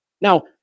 Now